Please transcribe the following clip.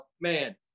man